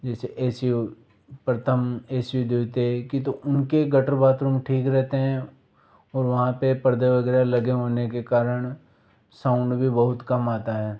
जैसे A C हो प्रथम ए सी होते हैं तो उनके गटर बाथरूम ठीक रहते हैं और वहाँ पर पर्दे वगैरह लगे होने के कारण साउंड भी बहुत कम आता है